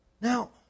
Now